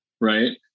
right